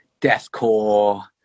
deathcore